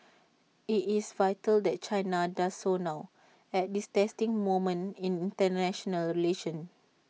IT is vital that China does so now at this testing moment in International relations